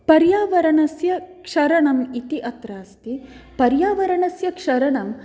पर्यावरणस्य क्षरणम् इति अत्र अस्ति पर्यावरणस्य क्षरणम्